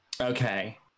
Okay